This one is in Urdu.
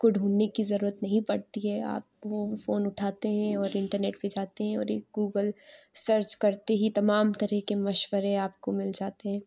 کو ڈھونڈنے کی ضرورت نہیں پڑتی ہے آپ وہ فون اُٹھاتے ہیں اور انٹر نیٹ پہ جاتے ہیں اور ایک گوگل سرچ کرتے ہی تمام طرح کے مشورے آپ کو مل جاتے ہیں